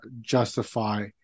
justify